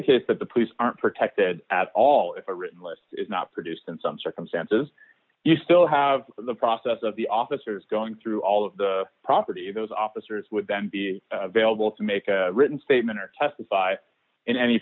the case that the police aren't protected after all if a written list is not produced in some circumstances you still have the process of the officers going through all of the property those officers would then be available to make a written statement or testify in any